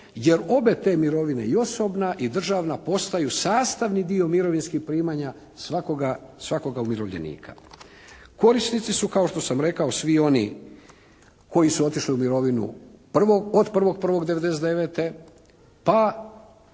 jer obe te mirovine i osobna i državna postaju sastavni dio mirovinskih primanja svakoga umirovljenika. Korisnici su kao što sam rekao svi oni, koji su otišli u mirovinu od 1.1.'99.